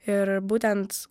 ir būtent